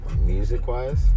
Music-wise